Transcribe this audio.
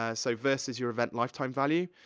ah so, versus your event lifetime value.